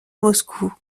moscou